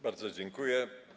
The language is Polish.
Bardzo dziękuję.